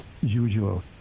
usual